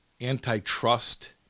antitrust